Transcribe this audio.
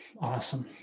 Awesome